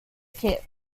kit